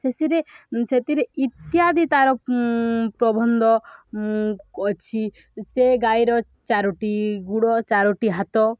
ଶେଷରେ ସେଥିରେ ଇତ୍ୟାଦି ତା'ର ପ୍ରବନ୍ଧ ଅଛି ସେ ଗାଈର ଚାରୋଟି ଗୋଡ଼ ଚାରୋଟି ହାତ